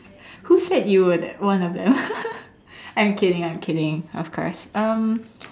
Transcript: who said you were that one of them I'm kidding I'm kidding of course um